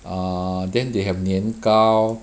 err then they have 年糕